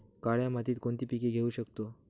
काळ्या मातीत कोणती पिके घेऊ शकतो?